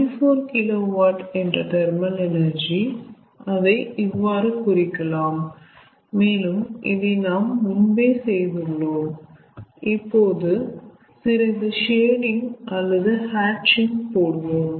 ஆக 24KW என்ற thermal energy அதை இவ்வாறு குறிக்கலாம் மேலும் இதை நாம் முன்பே செய்துள்ளோம் இப்போது சிறிது ஷேடிங் அல்லது ஹாட்சிங் போடுவோம்